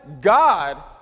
God